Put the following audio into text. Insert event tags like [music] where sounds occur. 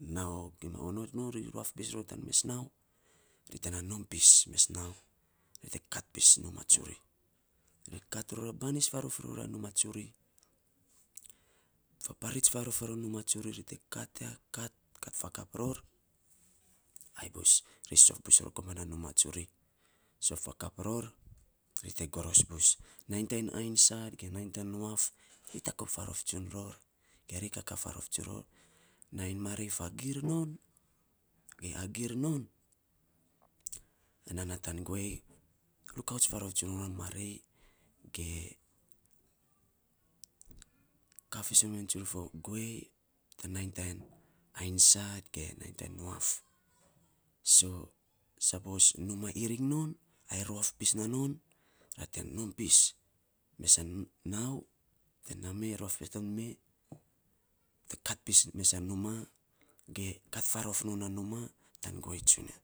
nau gim a onot non, ri ruaf pis ror tan mes nau ri te na nom pis mes nau ri te kat pis numa tsuri. Ri kat ror ya banis farof ror numa tsuri faparits farof roar numa tsuri ri te kat ya, kat ya, kat fakap ror, ai bus sof bus ror komana numa tsuri sof fakap ror rite goros bus. Namy tan ainy sat ge nainy te nuaf ri takop farof tsun ror ge ri kaka farof tsun ror. Nainy marei fagir non ge agir ai nana tan guei rukauts farots tsun non marei ge ka fisen mi non for guei tan nainy tan ainy sat ge [noise] nainy tan nuaf [noise] so sapos numa iring non ra te nompis mes a nau ra te ruaf me kat pis mes a numa ge kat farof non anuma tan guei tsunia.